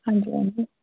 ਹਾਂਜੀ ਹਾਂਜੀ